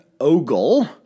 Ogle